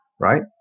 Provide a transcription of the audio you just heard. right